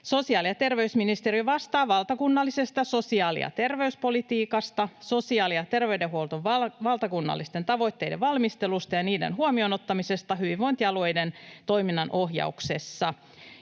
Sosiaali‑ ja terveysministeriö vastaa valtakunnallisesta sosiaali‑ ja terveyspolitiikasta ja sosiaali‑ ja terveydenhuollon valtakunnallisten tavoitteiden valmistelusta ja niiden huomioon ottamisesta hyvinvointialueiden toiminnan ohjauksessa,